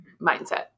mindset